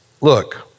look